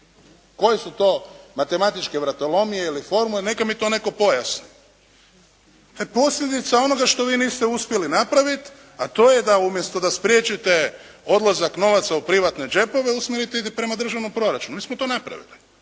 Koje su to matematičke vratolomije ili formule? Neka mi to netko pojasni. To je posljedica onoga što vi niste uspjeli napraviti, a to je da umjesto da spriječite odlazak novaca u privatne džepove usmjerite ih prema državnom proračunu. Mi smo to napravili.